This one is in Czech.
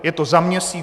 Je to za měsíc?